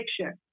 picture